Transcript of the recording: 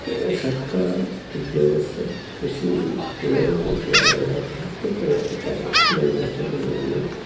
സർക്കാർ ഉദ്യോഗസ്ഥര് കൃഷിയിൽ വിളവു കൂട്ടിയാല് അവിടെ കയറ്റുമതി നഷ്ടപ്പെടുമെന്നും